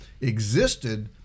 existed